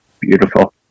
Beautiful